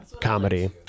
comedy